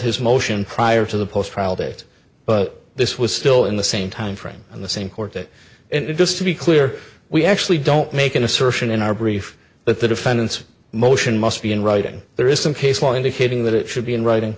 his motion prior to the post trial date but this was still in the same timeframe and the same court date it just to be clear we actually don't make an assertion in our brief that the defendants motion must be in writing there is some case law indicating that it should be in writing